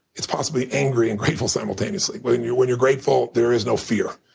it's possibly anger and grateful simultaneously. when you're when you're grateful, there is no fear.